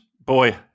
boy